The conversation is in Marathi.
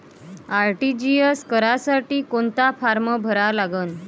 आर.टी.जी.एस करासाठी कोंता फारम भरा लागन?